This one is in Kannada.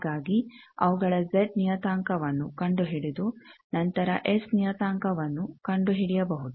ಹಾಗಾಗಿ ಅವುಗಳ ಜೆಡ್ ನಿಯತಾಂಕವನ್ನು ಕಂಡುಹಿಡಿದು ನಂತರ ಎಸ್ ನಿಯತಾಂಕವನ್ನು ಕಂಡುಹಿಡಿಯಬಹುದು